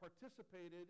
participated